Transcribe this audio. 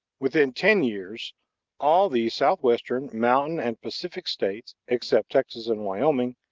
within ten years all the southwestern, mountain, and pacific states, except texas and wyoming,